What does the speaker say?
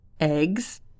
Eggs